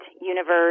universe